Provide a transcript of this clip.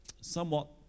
somewhat